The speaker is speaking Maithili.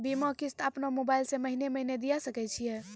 बीमा किस्त अपनो मोबाइल से महीने महीने दिए सकय छियै?